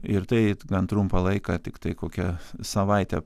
ir tai gan trumpą laiką tiktai kokią savaitę